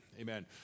Amen